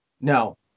No